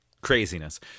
craziness